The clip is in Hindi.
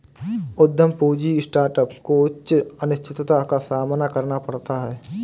उद्यम पूंजी स्टार्टअप को उच्च अनिश्चितता का सामना करना पड़ता है